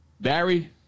Barry